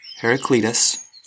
Heraclitus